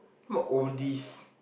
what oldies